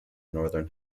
northern